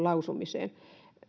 lausumiseen